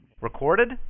Recorded